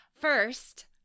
First